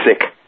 sick